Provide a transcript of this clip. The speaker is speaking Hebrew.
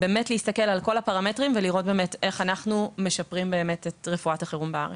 להסתכל על כל הפרמטרים ולראות איך אנחנו משפרים את רפואת החירום בארץ.